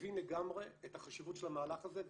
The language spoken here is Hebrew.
מבין לגמרי את החשיבות של המהלך הזה,